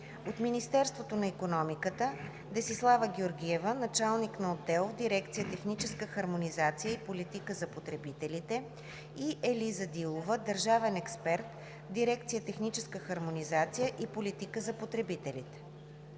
От Министерството на икономиката: Десислава Георгиева – началник на отдел в дирекция „Техническа хармонизация и политика за потребителите“, и Елиза Дилова – държавен експерт в дирекция „Техническа хармонизация и политика за потребителите“.